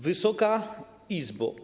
Wysoka Izbo!